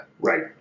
Right